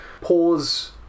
pause